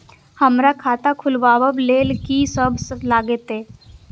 हमरा खाता खुलाबक लेल की सब लागतै?